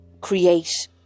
create